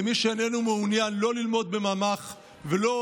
למי שאיננו מעוניין לא ללמוד בממ"ח ולא